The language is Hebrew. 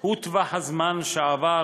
הוא טווח הזמן שעבר